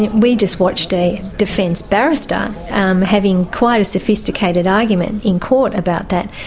and we just watched a defence barrister having quite a sophisticated argument in court about that,